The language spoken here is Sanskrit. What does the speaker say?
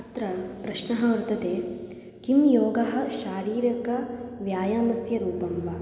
अत्र प्रश्नः वर्तते किं योगः शारीरकव्यायामस्य रूपं वा